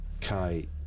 Kai